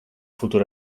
futur